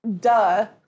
duh